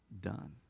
done